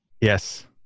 Yes